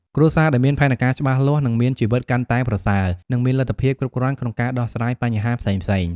គ្រួសារដែលមានផែនការច្បាស់លាស់នឹងមានជីវិតកាន់តែប្រសើរ និងមានលទ្ធភាពគ្រប់គ្រាន់ក្នុងការដោះស្រាយបញ្ហាផ្សេងៗ។